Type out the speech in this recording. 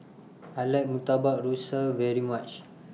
I like Murtabak Rusa very much